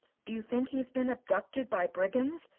do you think he has been abducted by brigands?